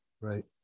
Right